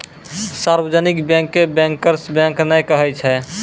सार्जवनिक bank के bankers bank नै कहै छै